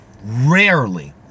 rarely